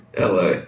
LA